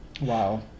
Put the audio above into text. Wow